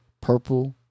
purple